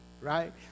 right